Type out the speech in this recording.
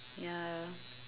ya